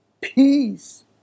peace